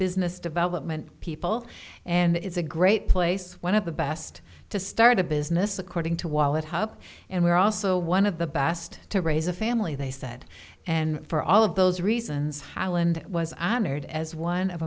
business development people and it's a great place one of the best to start a business according to wallet hub and we're also one of the best to raise a family they said and for all of those reasons highland was honored as one of